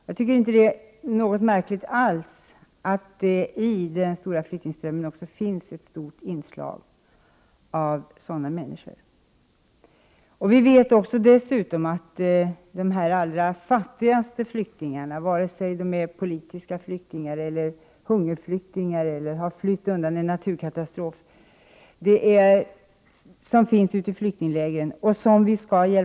Jag tycker inte att det är märkligt att det i den stora flyktingströmmen också finns ett stort inslag av sådana människor. Vi vet dessutom att de flesta av de allra fattigaste flyktingarna som finns i flyktinglägren, vare sig de är politiska flyktingar, hungerflyktingar eller flyktingar undan en naturkatastrof, över huvud taget inte har någon tanke på att söka sig till Sverige.